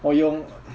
for you